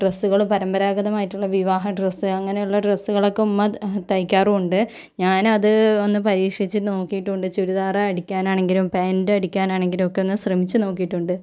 ഡ്രസ്സുകളും പരമ്പരാഗതമായിട്ടുള്ള വിവാഹ ഡ്രസ്സ് അങ്ങനെയുള്ള ഡ്രസ്സുകളൊക്കെ ഉമ്മ തയ്ക്കാറുമുണ്ട് ഞാന് അത് ഒന്ന് പരീക്ഷിച്ചു നോക്കിയിട്ടുണ്ട് ചുരിദാറ് അടിക്കാനാണങ്കിലും പാൻറ് അടിക്കാനാണങ്കിലും ഒക്കെ ഒന്ന് ശ്രമിച്ചു നോക്കിയിട്ടുണ്ട്